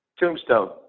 Tombstone